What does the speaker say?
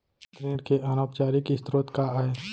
ऋण के अनौपचारिक स्रोत का आय?